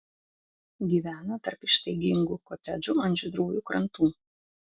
gyvena tarp ištaigingų kotedžų ant žydrųjų krantų